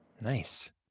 nice